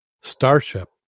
Starship